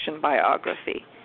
biography